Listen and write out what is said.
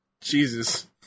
Jesus